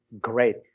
Great